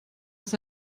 ist